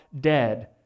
dead